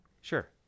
sure